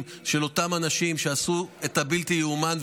של אותם אנשים שעשו את הבלתי-יאומן,